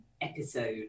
episode